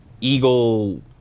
eagle